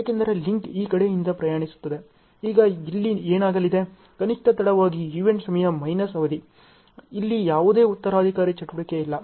ಈಗ ಇಲ್ಲಿ ಏನಾಗಲಿದೆ ಕನಿಷ್ಠ ತಡವಾಗಿ ಈವೆಂಟ್ ಸಮಯ ಮೈನಸ್ ಅವಧಿ ಇಲ್ಲಿ ಯಾವುದೇ ಉತ್ತರಾಧಿಕಾರಿ ಚಟುವಟಿಕೆ ಇಲ್ಲ